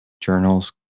journals